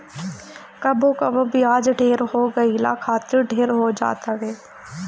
कबो कबो बियाज ढेर हो गईला खतरा ढेर हो जात हवे